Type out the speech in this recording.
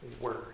word